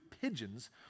pigeons